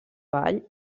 ball